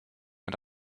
and